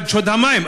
רק שוד המים,